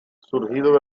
surgido